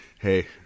hey